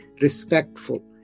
respectful